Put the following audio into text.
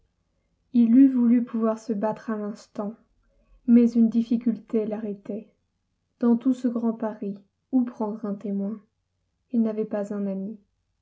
il eût voulu pouvoir se battre à l'instant mais une difficulté l'arrêtait dans tout ce grand paris où prendre un témoin il n'avait pas un ami